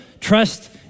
trust